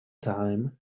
thyme